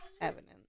evidence